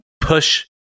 push